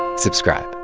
subscribe